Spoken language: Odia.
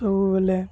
ସବୁବେଳେ